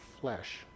flesh